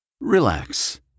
Relax